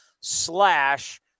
slash